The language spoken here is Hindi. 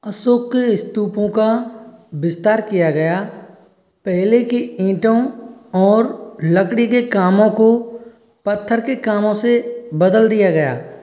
अशोक के स्तूपों का विस्तार किया गया पहले की ईंटों और लकड़ी के कामों को पत्थर के कामों से बदल दिया गया